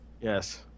Yes